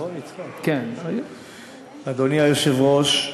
אדוני היושב-ראש,